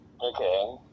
Okay